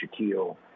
Shaquille